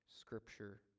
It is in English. scripture